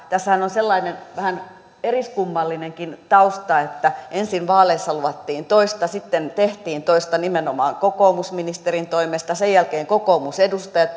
tässähän on sellainen vähän eriskummallinenkin tausta että ensin vaaleissa luvattiin toista sitten tehtiin toista nimenomaan kokoomusministerin toimesta sen jälkeen kokoomusedustajat